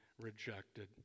rejected